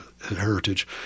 heritage